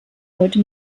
heute